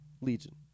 Legion